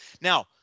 Now